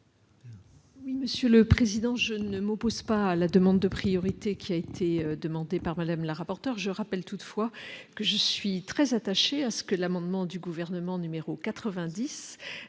Oui, Monsieur le Président, je ne m'oppose pas à la demande de priorité qui a été demandé par Madame la rapporteur je rappelle toutefois que je suis très attaché à ce que l'amendement du gouvernement numéro 90